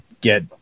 get